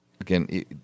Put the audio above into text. Again